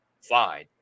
fine